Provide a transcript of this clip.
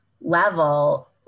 level